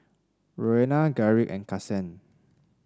Roena Garrick and Kasen